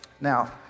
Now